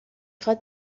خواد